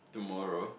tomorrow